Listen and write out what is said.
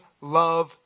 love